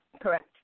Correct